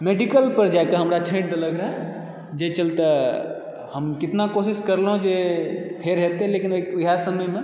medical पर जाके हमरा छाँटि देलक रहऽ जे चलते हम कितना कोशिश करलहुँ जे फेर हेतय लेकिन वएह समयमऽ